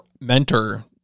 mentor